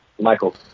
Michael